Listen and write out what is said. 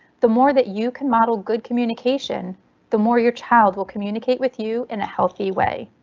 the more that you can model good communication the more your child will communicate with you in a healthy way.